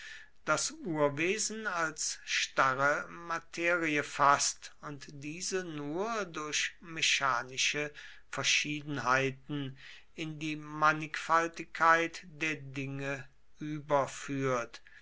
das urwesen als starre materie faßt und diese nur durch mechanische verschiedenheiten in die mannigfaltigkeit der dinge überführt